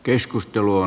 keskustelua